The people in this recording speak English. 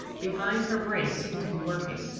behind, her brain seemed to be working.